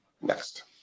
Next